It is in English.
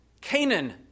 Canaan